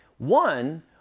One